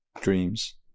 dreams